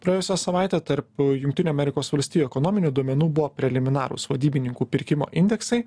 praėjusią savaitę tarp jungtinių amerikos valstijų ekonominių duomenų buvo preliminarūs vadybininkų pirkimo indeksai